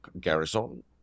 garrison